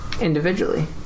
individually